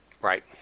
Right